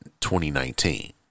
2019